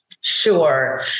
Sure